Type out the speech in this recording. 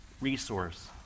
resource